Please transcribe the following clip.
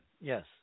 yes